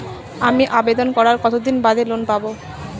আমি আবেদন করার কতদিন বাদে লোন পাব?